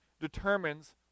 determines